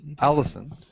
Allison